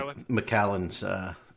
McAllen's